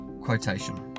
quotation